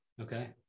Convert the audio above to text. Okay